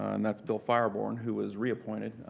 and that's bill feuerborn, who was reappointed,